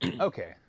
Okay